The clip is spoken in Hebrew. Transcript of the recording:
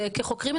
וכחוקרים,